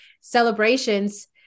celebrations